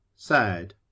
sad